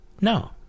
No